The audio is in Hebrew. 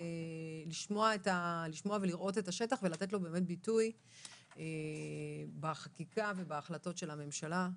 לשמוע ולראות את השטח ולתת לו באמת ביטוי בחקיקה ובהחלטות של הממשלה.